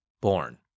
Born